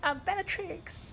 I'm bellatrix